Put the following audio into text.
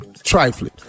trifling